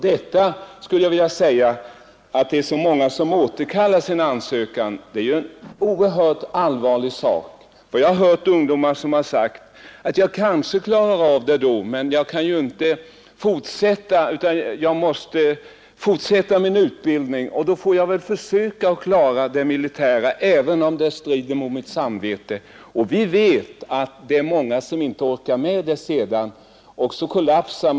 Det förhållandet att så många ungdomar återkallar sin ansökan är vidare en oerhört allvarlig företeelse. Jag har hört ungdomar resonera på följande sätt: ”Jag kanske ändå klarar av vapentjänsten — jag måste fortsätta min utbildning och får väl då försöka klara vapentjänsten, även om det strider mot mitt samvete.” Vi vet att det är många som sedan inte orkar med detta utan kollapsar.